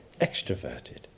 extroverted